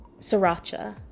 Sriracha